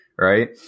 right